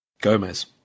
Gomez